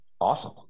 awesome